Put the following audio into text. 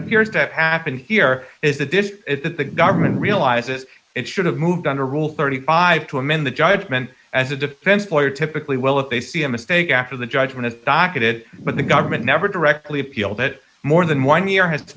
appears to have happened here is the dish that the government realizes it should have moved on to rule thirty five to amend the judgment as a defense lawyer typically will if they see a mistake after the judgment of docket it but the government never directly appealed it more than one year has